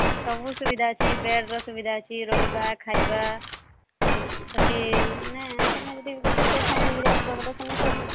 ସବୁ ସୁବିଧା ଅଛି ବେଡ୍ର ସୁବିଧା ଅଛି ରହିବା ଖାଇବା ସେଠି ମାନେ ତୁମେ ଯଦି ଗୋଟେ ପେସେଣ୍ଟ୍ ହୋଇକିରି ଆସିଲ ବୋଲେ ସବୁ